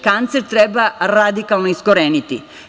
Kancer treba radikalno iskoreniti.